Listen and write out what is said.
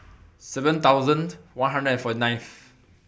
seven thousand one hundred and forty ninth